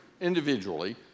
individually